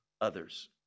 others